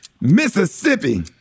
Mississippi